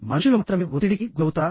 మనుషులు మాత్రమే ఒత్తిడికి గురవుతారా